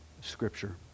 scripture